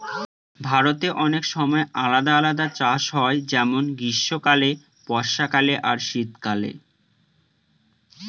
ভারতে অনেক সময় আলাদা আলাদা চাষ হয় যেমন গ্রীস্মকালে, বর্ষাকালে আর শীত কালে